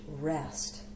rest